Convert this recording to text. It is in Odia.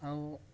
ଆଉ